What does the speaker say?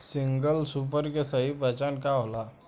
Single super के सही पहचान का होला?